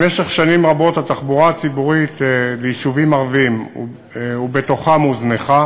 במשך שנים רבות התחבורה הציבורית ליישובים ערביים ובתוכם הוזנחה.